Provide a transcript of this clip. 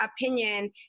opinion